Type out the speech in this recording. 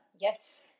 Yes